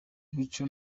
mico